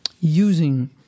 using